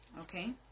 Okay